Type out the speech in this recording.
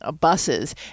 buses